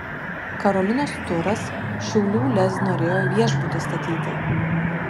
karolinos turas šiaulių lez norėjo viešbutį statyti